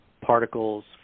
particles